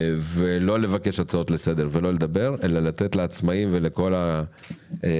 ולא לבקש הצעות לסדר אלא לתת לעצמאים ולכל הארגונים